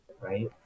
right